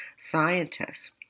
scientists